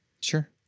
sure